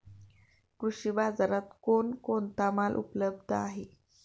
कृषी बाजारात कोण कोणता माल उपलब्ध आहे?